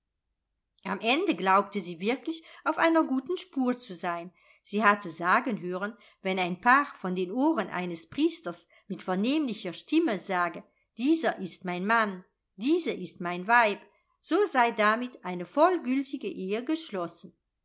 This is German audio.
am ende glaubte sie wirklich auf einer guten spur zu sein sie hatte sagen hören wenn ein paar vor den ohren eines priesters mit vernehmlicher stimme sage dieser ist mein mann diese ist mein weib so sei damit eine vollgültige ehe geschlossen